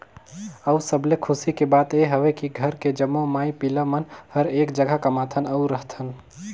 अउ सबले खुसी के बात ये हवे की घर के जम्मो माई पिला मन हर एक जघा कमाथन अउ रहथन